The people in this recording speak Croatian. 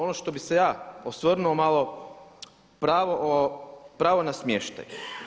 Ono što bi se ja osvrnuo malo pravo na smještaj.